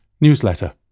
newsletter